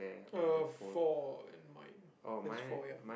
uh four and mine there's four ya